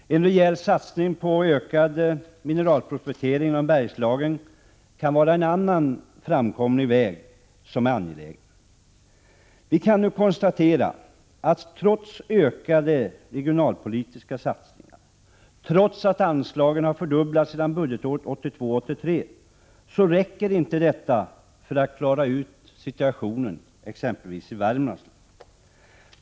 En rejäl satsning på ökad mineralprospektering inom Bergslagen är angelägen och kan vara en annan framkomlig väg. Vi kan nu konstatera att man trots ökade regionalpolitiska satsningar och trots att anslagen har fördubblats sedan budgetåret 1982/83 inte kan klara ut situationen i exempelvis Värmlands län.